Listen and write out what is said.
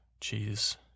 Cheese